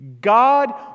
God